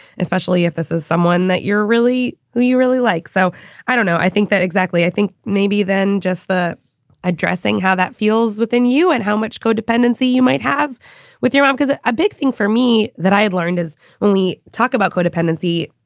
especially if this is someone that you're really who you really like. so i don't know. i think that exactly. i think maybe then just the addressing how that feels within you and how much co-dependency you might have with your mom, because ah a big thing for me that i had learned is when we talk about codependency,